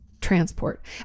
transport